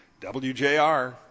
WJR